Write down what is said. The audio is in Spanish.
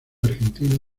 argentina